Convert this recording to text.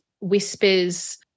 whispers